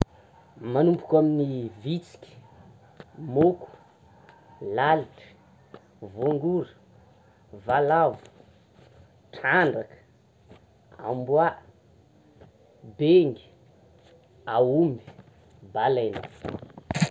Manomboko amin'ny vitsiky, moko, lalitra, voangory, valavo, trandraka, amboa, bengy, aomby, balene.